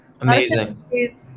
Amazing